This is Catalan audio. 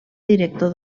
director